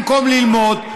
במקום ללמוד,